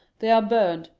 they are burned,